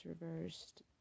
reversed